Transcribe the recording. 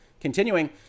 Continuing